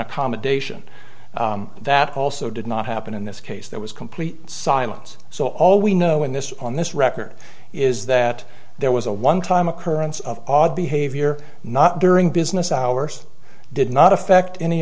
accommodation that also did not happen in this case there was complete silence so all we know in this on this record is that there was a one time occurrence of odd behavior not during business hours did not affect any